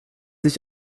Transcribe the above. ich